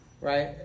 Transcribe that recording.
right